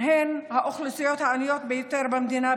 הן האוכלוסיות העניות ביותר במדינה.